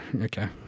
Okay